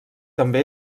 també